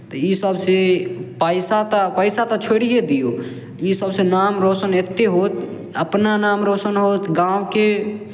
तऽ इसभसँ पैसा तऽ पैसा तऽ छोड़िए दियौ इसभसँ नाम रोशन एतेक होत अपना नाम रोशन होत गाँवके